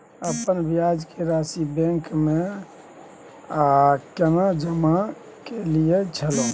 अपन ब्याज के राशि बैंक में आ के जमा कैलियै छलौं?